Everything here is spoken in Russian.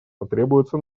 потребуются